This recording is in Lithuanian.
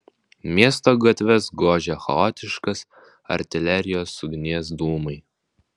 miesto gatves gožė chaotiškos artilerijos ugnies dūmai